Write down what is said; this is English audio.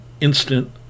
instant